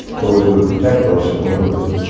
those who would protect our civil liberties,